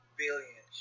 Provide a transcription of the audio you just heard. billion